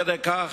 גם אצלנו.